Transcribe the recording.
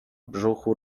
brzuchu